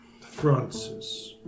francis